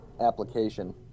application